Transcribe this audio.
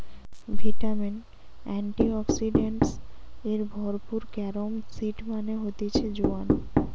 vitamin, antioxidants এ ভরপুর carom seed মানে হতিছে জোয়ান